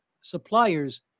suppliers